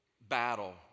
battle